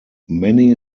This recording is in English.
many